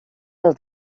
del